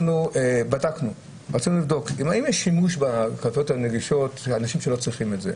אנחנו בדקנו האם יש שימוש בקלפיות הנגישות של אנשים שלא צריכים את זה.